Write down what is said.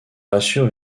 assure